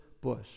bush